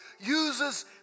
uses